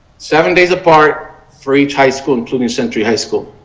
seven days apart, for each high school including century high school.